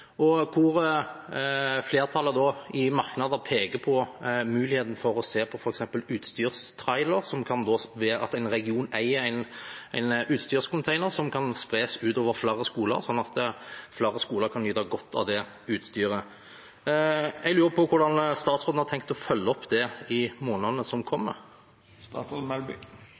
flertallet peker i merknader på muligheten for å se på f.eks. utstyrstrailer, som kan være det at en region eier en utstyrscontainer som kan spres ut over flere skoler, sånn at flere skoler kan nyte godt av det utstyret. Jeg lurer på hvordan statsråden har tenkt å følge opp det i månedene som kommer.